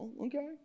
Okay